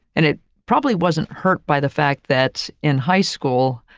and it probably wasn't hurt by the fact that in high school,